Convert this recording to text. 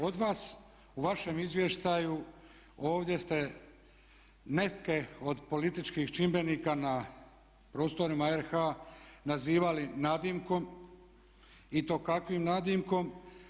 Od vas u vašem izvještaju ovdje ste neke od političkih čimbenika na prostorima RH nazivali nadimkom i to kakvim nadimkom.